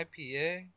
IPA